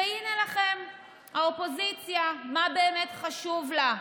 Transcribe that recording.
והינה לכם, האופוזיציה, מה באמת חשוב לה,